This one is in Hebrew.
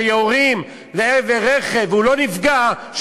שיורים לעבר רכב והוא לא נפגע,